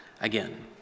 again